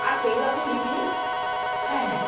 আচ্ছা এগুলো আপনি লিখে নিন হ্যাঁ হ্যাঁ